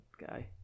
guy